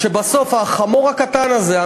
בסוף החמור הקטן הזה,